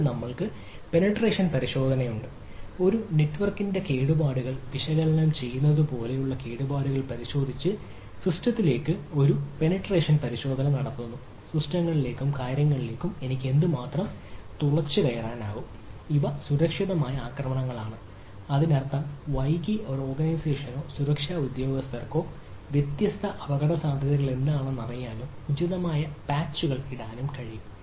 എന്നിട്ട് നമ്മൾക്ക് പെനെട്രേഷൻ ഇടാനും കഴിയും